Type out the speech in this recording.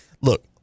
look